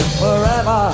forever